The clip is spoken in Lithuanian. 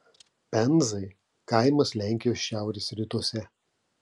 penzai kaimas lenkijos šiaurės rytuose